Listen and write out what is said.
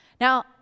Now